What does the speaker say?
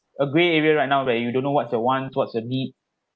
a grey area right now but you don't know what's your wants what's your need